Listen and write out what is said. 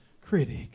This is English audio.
critic